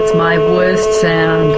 my worst sound.